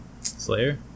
Slayer